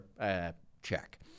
check